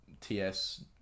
TS